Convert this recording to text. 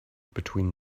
between